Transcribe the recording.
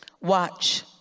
watch